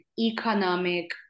economic